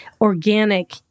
organic